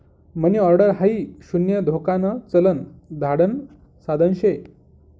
मनी order हाई शून्य धोकान चलन धाडण साधन शे